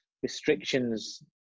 restrictions